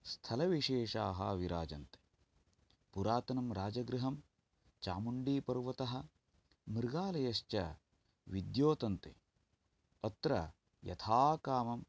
स्थलविशेषाः विराजन्ते पुरातनं राजगृहं चामुण्डीपर्वतः मृगालयश्च विद्योतन्ते अत्र यथा कामं